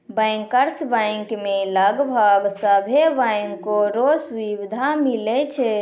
bankers bank मे लगभग सभे बैंको रो सुविधा मिलै छै